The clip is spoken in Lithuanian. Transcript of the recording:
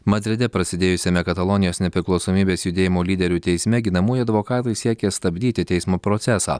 madride prasidėjusiame katalonijos nepriklausomybės judėjimo lyderių teisme ginamųjų advokatai siekė stabdyti teismo procesą